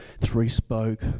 three-spoke